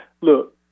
Look